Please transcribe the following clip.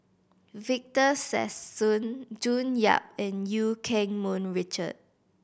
Victor Sassoon June Yap and Eu Keng Mun Richard